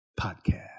Podcast